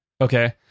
okay